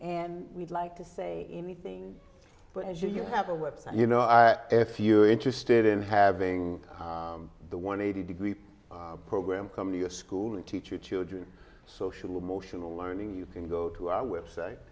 and we'd like to say anything but as you have a website you know if you are interested in having the one eighty degree program come to your school and teach your children social emotional learning you can go to our website